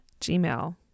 gmail